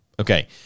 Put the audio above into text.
Okay